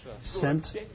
sent